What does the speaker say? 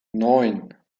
neun